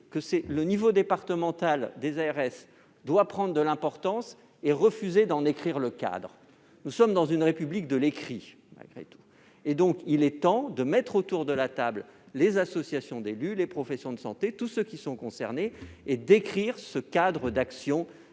l'échelon départemental des ARS doit prendre de l'importance et refuser d'en définir le cadre. Nous sommes dans une République de l'écrit, malgré tout. Il est donc temps de mettre autour de la table les associations d'élus, les professionnels de santé et tous ceux qui sont concernés par ce sujet